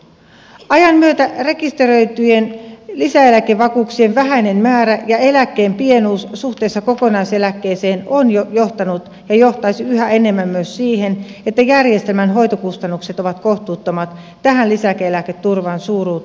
ajan myötä rekisteröityjen lisäeläkevakuuksien vähäinen määrä ja eläkkeen pienuus suhteessa kokonaiseläkkeeseen ovat jo johtaneet ja johtaisivat yhä enemmän myös siihen että järjestelmän hoitokustannukset ovat kohtuuttomat tähän lisäeläketurvan suuruuteen nähden